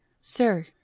Sir